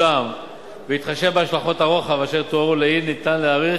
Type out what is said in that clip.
אולם בהתחשב בהשלכות הרוחב אשר תוארו לעיל ניתן להעריך